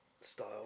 style